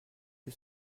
que